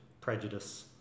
prejudice